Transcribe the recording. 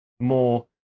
more